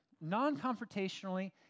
non-confrontationally